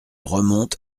remonte